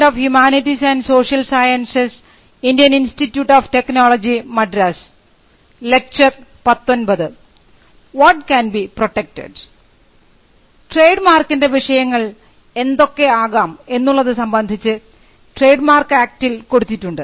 trade മാർക്കിൻറെ വിഷയങ്ങൾ എന്തൊക്കെ ആകാം എന്നുള്ളതു സംബന്ധിച്ച് ട്രേഡ് മാർക്ക് ആക്ടിൽ കൊടുത്തിട്ടുണ്ട്